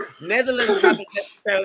Netherlands